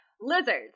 Lizards